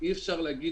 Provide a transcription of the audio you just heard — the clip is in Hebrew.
אי אפשר להגיד